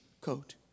coat